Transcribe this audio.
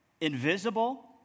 invisible